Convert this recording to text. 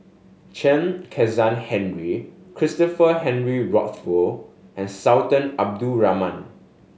Chen Kezhan Henri Christopher Henry Rothwell and Sultan Abdul Rahman